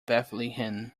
bethlehem